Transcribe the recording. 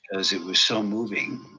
cause it was so moving.